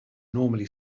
normally